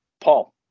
Paul